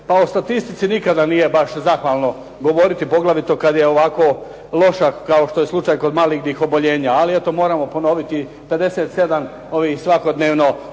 O statistici nikada nije baš zahvalno govoriti poglavito kada je ovako loša kao što je slučaj kod malignih oboljenja ali moramo ponoviti 57 ovih svakodnevno